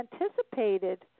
anticipated